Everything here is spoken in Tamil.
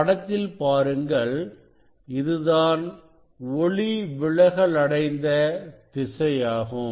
படத்தில் பாருங்கள் இதுதான் ஒளிவிலகல் அடைந்த திசையாகும்